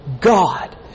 God